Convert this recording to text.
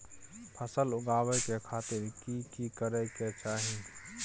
फसल उगाबै के खातिर की की करै के चाही?